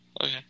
Okay